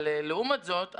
אבל לעומת זאת,